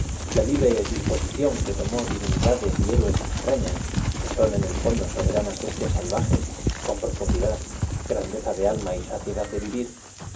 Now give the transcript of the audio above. la ubre disposición que tomó divinidades y héroes extrañas que son en el fondo soberanas bestias salvafes coa profundidad grandeza de alma y saciedad de